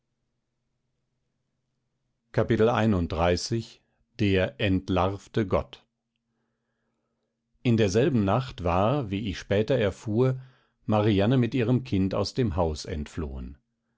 in derselben nacht war wie ich später erfuhr marianne mit ihrem kind aus dem haus entflohen